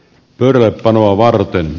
pöydälle panoa varten